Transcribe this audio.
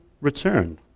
return